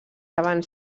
abans